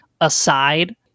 aside